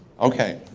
okay,